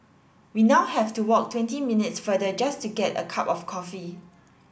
we now have to walk twenty minutes farther just to get a cup of coffee